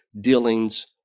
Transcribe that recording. dealings